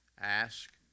ask